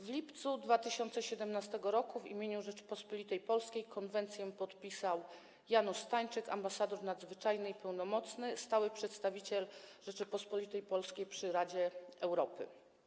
W lipcu 2017 r. w imieniu Rzeczypospolitej Polskiej konwencję podpisał Janusz Stańczyk, ambasador nadzwyczajny i pełnomocny, stały przedstawiciel Rzeczypospolitej Polskiej przy Radzie Europy.